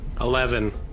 Eleven